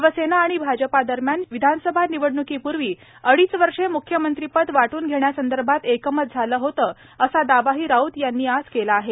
शिवसेना आणि भाजप दरम्यान विधानसभा निवडण्कीप्र्वी अडीच वर्षे म्ख्यमंत्रीपद वाटून घेण्यासंदर्भातील एकमत झालं होतं असा दावाही राऊत यांनी आज केला आहे